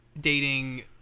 dating